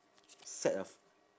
set of